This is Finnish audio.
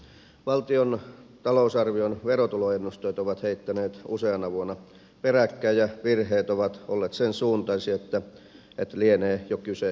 valtion talousarvion verotuloennusteet ovat heittäneet useana vuonna peräkkäin ja virheet ovat olleet sensuuntaisia että lienee jo kyse tahallisuudesta